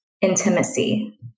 intimacy